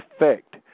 effect